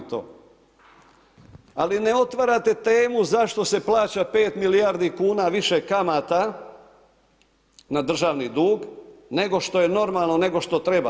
Ali ne otvarate temu zašto se plaća 5 milijardi kuna više kamata na državni dug nego što je normalno, nego što treba.